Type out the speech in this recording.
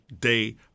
day